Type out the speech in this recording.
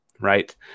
Right